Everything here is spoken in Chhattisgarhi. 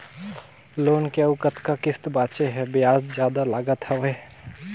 लोन के अउ कतका किस्त बांचें हे? ब्याज जादा लागत हवय,